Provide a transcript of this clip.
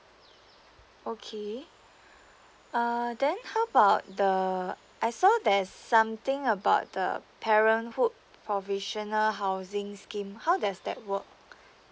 okay uh then how about the I saw there is something about the parenthood provisional housing scheme how does that work